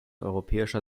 europäischer